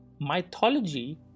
Mythology